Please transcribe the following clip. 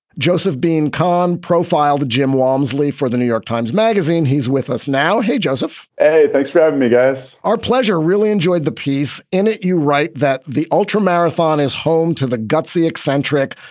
joseph being calm, profiled jim wamsley for the new york times magazine. he's with us now. hey, joseph. thanks for having me, guys. our pleasure. really enjoyed the piece. in it, you write that the ultra marathon is home to the gutsy, eccentric.